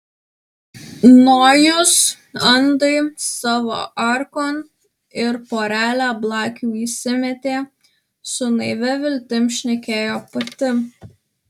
nojus andai savo arkon ir porelę blakių įsimetė su naivia viltim šnekėjo pati